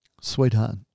Sweetheart